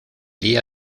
día